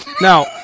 Now